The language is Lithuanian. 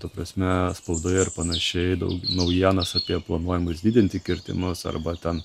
ta prasme spaudoje ir panašiai naujienas apie planuojamus didinti kirtimus arba ten